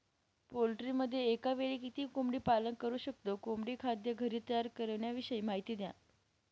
पोल्ट्रीमध्ये एकावेळी किती कोंबडी पालन करु शकतो? कोंबडी खाद्य घरी तयार करण्याविषयी माहिती द्या